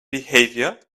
behavior